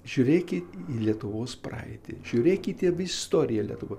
žiūrėkit į lietuvos praeitį žiūrėkite istoriją lietuvoj